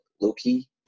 Loki